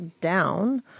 down